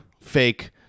fake